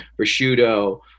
prosciutto